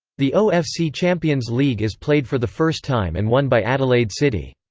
the ofc champions league is played for the first time and won by adelaide city.